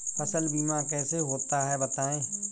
फसल बीमा कैसे होता है बताएँ?